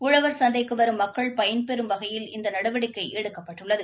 உழவர் சந்தைக்கு வரும் மக்கள் பயன்பெறும் வகையில் இந்த நடவடிக்கை எடுக்கப்பட்டுள்ளது